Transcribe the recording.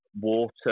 water